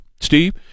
Steve